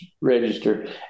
register